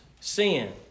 sin